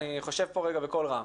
אני חושב כאן רגע בקול רם